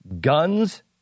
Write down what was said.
guns